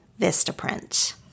Vistaprint